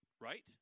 Right